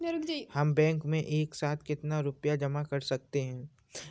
हम बैंक में एक साथ कितना रुपया जमा कर सकते हैं?